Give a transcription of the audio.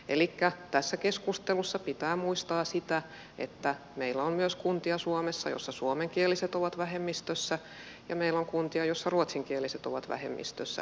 elikkä tässä keskustelussa pitää muistaa se että meillä on suomessa myös kuntia joissa suomenkieliset ovat vähemmistössä ja meillä on kuntia joissa ruotsinkieliset ovat vähemmistössä